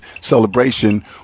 celebration